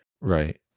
Right